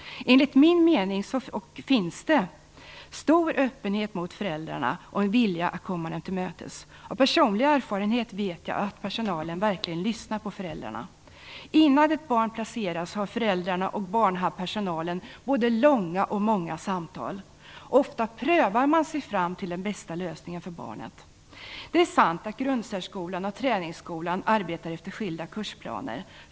Enligt min mening finns det stor öppenhet mot föräldrarna och en vilja att komma dem till mötes. Av personlig erfarenhet vet jag att personalen verkligen lyssnar på föräldrarna. Innan ett barn placeras har föräldrarna och personalen både långa och många samtal. Ofta prövar man sig fram till den bästa lösningen för barnet. Det är sant att grundsärskolan och träningsskolan arbetar efter skilda kursplaner.